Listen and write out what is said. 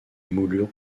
moulures